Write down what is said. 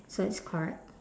so it's correct